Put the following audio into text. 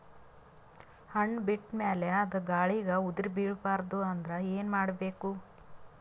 ಹಣ್ಣು ಬಿಟ್ಟ ಮೇಲೆ ಅದ ಗಾಳಿಗ ಉದರಿಬೀಳಬಾರದು ಅಂದ್ರ ಏನ ಮಾಡಬೇಕು?